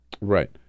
Right